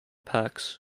packs